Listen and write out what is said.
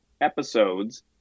episodes